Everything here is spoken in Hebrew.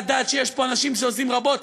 לדעת שיש פה אנשים שעושים רבות,